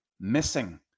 Missing